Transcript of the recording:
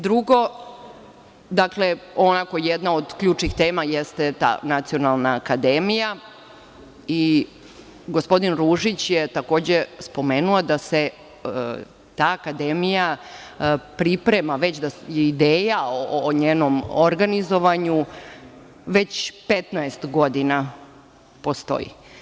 Drugo, jedna od ključnih tema jeste ta Nacionalna akademija i gospodin Ružić je, takođe spomenuo da se ta akademija priprema već, da ideja o njenom organizovanju već 15 godina postoji.